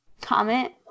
comment